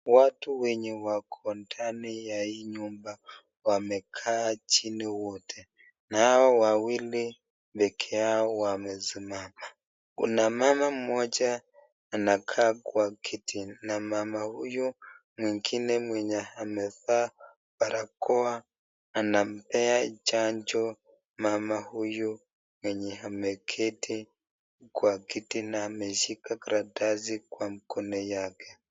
Watu wenye wako ndani ya hii nyumba wamekaa chini wote, na hawa wawili pekee yao wamesimama. Kuna mama mmoja anakaa kwa kiti na mama huyo mwingine mwenye amevaa barakoa anampa chanjo mama huyu mwenye ameketi kwa kiti na ameshika karatasi kwa mkono yake.